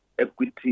equity